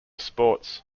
sports